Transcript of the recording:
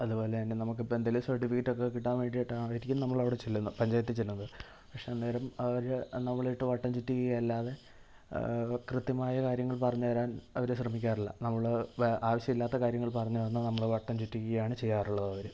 അതുപോലെത്തന്നെ നമുക്കിപ്പം എന്തേലും സർട്ടിഫിക്കറ്റൊക്കെ കിട്ടാൻ വേണ്ടിയിട്ടായിരിക്കും നമ്മളവിടെ ചെല്ലുന്നത് പഞ്ചായത്തിൽ ചെല്ലുന്നത് പക്ഷെ അന്നേരം അവര് നമ്മളെ ഇട്ട് വട്ടം ചുറ്റിക്കുകയല്ലാതെ കൃത്യമായ കാര്യങ്ങൾ പറഞ്ഞ് തരാൻ അവര് ശ്രമിക്കാറില്ല നമ്മള് ആവശ്യമില്ലാത്ത കാര്യങ്ങൾ പറഞ്ഞ് പറഞ്ഞ് നമ്മളെ വട്ടം ചുറ്റിക്കുകയാണ് ചെയ്യാറുള്ളതവര്